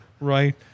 right